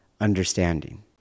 understanding